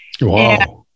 Wow